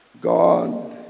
God